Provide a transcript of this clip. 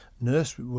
nurse